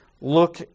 look